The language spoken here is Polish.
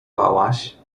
bałaś